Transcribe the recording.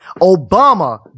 Obama